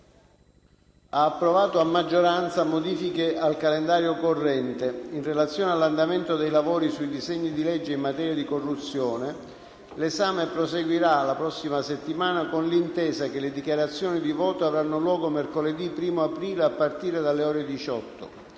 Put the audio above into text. ha approvato a maggioranza modifiche al calendario corrente. In relazione all'andamento dei lavori sui disegni di legge in materia di corruzione, l'esame proseguirà, la prossima settimana, con l'intesa che le dichiarazioni di voto avranno luogo mercoledì 1° aprile, a partire dalle ore 18.